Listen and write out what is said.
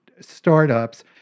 startups